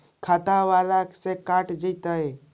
खाता बाला से कट जयतैय?